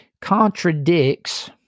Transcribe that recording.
contradicts